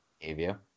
behavior